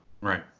Right